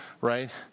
right